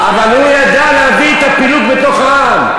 אבל הוא ידע להביא את הפילוג בתוך העם.